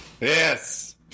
Yes